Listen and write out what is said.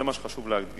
זה מה שחשוב להדגיש.